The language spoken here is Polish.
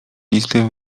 listy